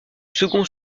second